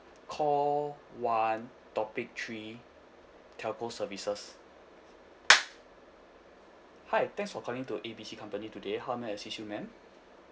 call one topic three telco services hi thanks for calling to A B C company today how may I assist you ma'am